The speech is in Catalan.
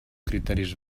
criteris